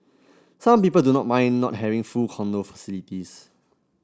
some people do not mind not having full condo facilities